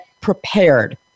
prepared